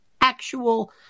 actual